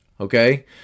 okay